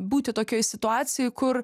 būti tokioj situacijoj kur